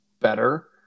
better